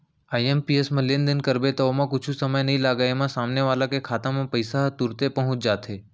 IMPS म लेनदेन करबे त ओमा कुछु समय नइ लागय, एमा सामने वाला के खाता म पइसा ह तुरते पहुंच जाथे